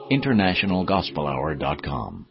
InternationalGospelHour.com